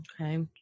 Okay